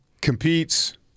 competes